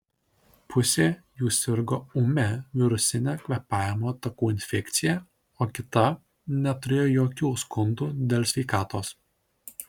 pusė jų sirgo ūmia virusine kvėpavimo takų infekcija o kita neturėjo jokių skundų dėl sveikatos